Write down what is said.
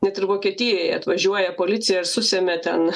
net ir vokietijoje atvažiuoja policija ir susemia ten